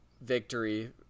victory